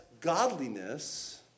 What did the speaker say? godliness